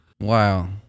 Wow